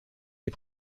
des